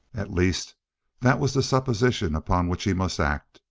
at least that was the supposition upon which he must act,